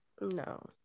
No